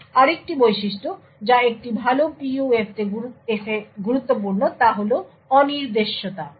আরেকটি বৈশিষ্ট্য যা একটি ভাল PUF তে গুরুত্বপূর্ণ তা হল অনির্দেশ্যতা